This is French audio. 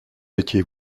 étiez